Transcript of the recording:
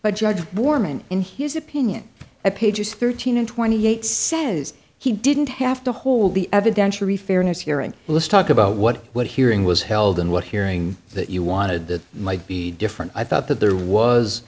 but judge bormann in his opinion pages thirteen and twenty eight says he didn't have to hold the evidentiary fairness hearing let's talk about what what hearing was held and what hearing that you wanted that might be different i thought that there was